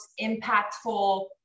impactful